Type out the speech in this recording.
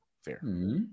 fair